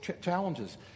challenges